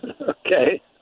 okay